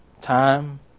Time